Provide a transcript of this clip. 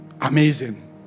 Amazing